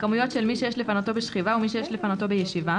כמויות של מי שיש לפנותו בשכיבה ומי שיש לפנותו בישיבה,